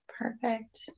Perfect